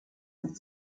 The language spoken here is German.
mit